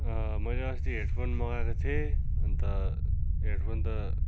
मैले अस्ति हेडफोन मगाएको थिएँ अन्त हेडफोन त